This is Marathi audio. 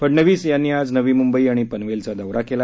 फडणवीस यांनी आज नवी मुंबई आणि पनवेलचा दौरा केला